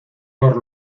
por